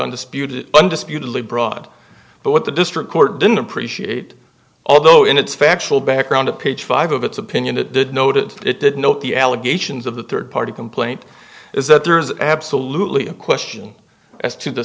spewed undisputedly broad but what the district court didn't appreciate although in its factual background of page five of its opinion it did noted it did note the allegations of the third party complaint is that there is absolutely a question as to the